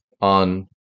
on